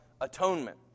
atonement